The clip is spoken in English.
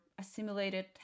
assimilated